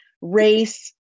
race